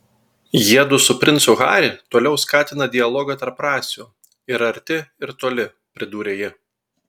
jiedu su princu harry toliau skatina dialogą tarp rasių ir arti ir toli pridūrė ji